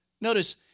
Notice